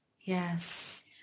Yes